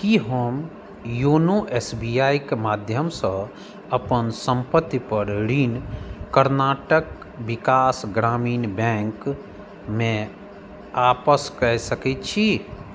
की हम YONO SBI के माध्यमसँ हम अपन संपत्ति पर ऋण कर्नाटक विकास ग्रामीण बैंक मे आपस कए सकै छी